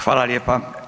Hvala lijepa.